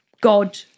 god